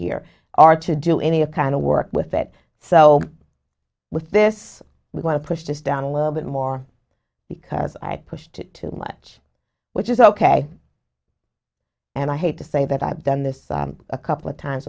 here are to do any of kind of work with it so with this we want to push this down a little bit more because i pushed too much which is ok and i hate to say that i've done this a couple of times